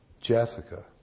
Jessica